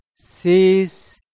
sees